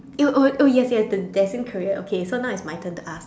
eh oh oh yes yes the destined career okay so now is my turn to ask